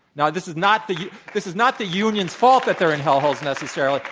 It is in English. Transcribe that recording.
now, this is not the this is not the union's fault that they're in hell holes necessarily,